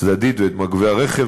ואת מגבי הרכב.